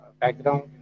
background